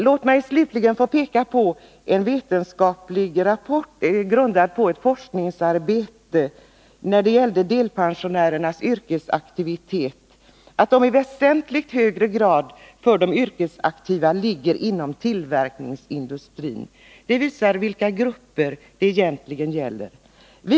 Låt mig också peka på en vetenskaplig rapport, grundad på ett forskningsarbete som gäller delpensionärernas yrkesaktivitet. Den visar att delpensionärerna i väsentlig grad är verksamma inom tillverkningsindustrin — det är alltså den gruppen det egentligen gäller.